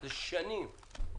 זה שנים,